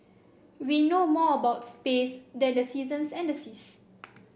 we know more about space than the seasons and the seas